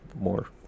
more